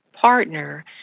partner